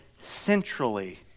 centrally